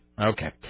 Okay